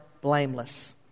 blameless